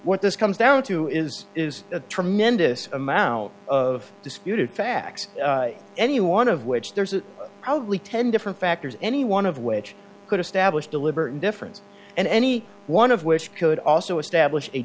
what this comes down to is is a tremendous amount of disputed facts any one of which there's a probably ten different factors any one of which could establish deliberate difference and any one of which could also establish a